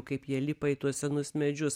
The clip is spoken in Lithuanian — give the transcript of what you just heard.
kaip jie lipa į tuos senus medžius